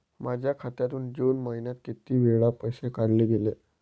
माझ्या खात्यातून जून महिन्यात किती वेळा पैसे काढले गेले?